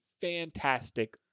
fantastic